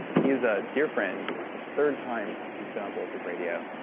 he is a dear friend. it's the third time he's been on bulletproof radio,